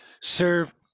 Serve